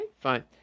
fine